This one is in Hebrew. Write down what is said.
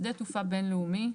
שדה תעופה בין לאומי: